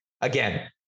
again